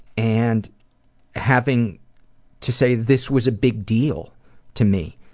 and having to say this was a big deal to me.